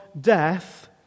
death